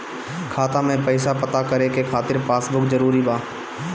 खाता में पईसा पता करे के खातिर पासबुक जरूरी बा?